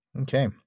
Okay